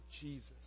Jesus